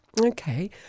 Okay